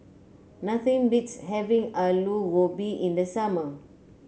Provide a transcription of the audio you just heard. nothing beats having Alu Gobi in the summer